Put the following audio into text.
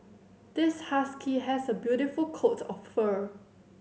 this husky has a beautiful coat of fur